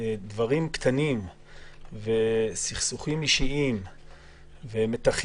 דברים קטנים וסכסוכים אישיים ומתחים